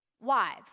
wives